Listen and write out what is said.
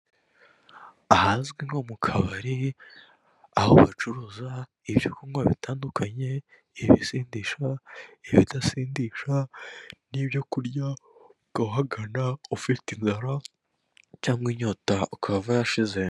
Ahazwi nko mu kabari aho bacuruza ibyo kunywa bitandukanye ibisindisha, ibidasindisha n'ibyo kurya ukaba uhagana ufite inzara cyangwa inyota ukahava yashize.